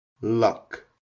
Luck